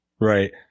Right